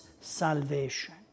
salvation